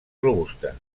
robusta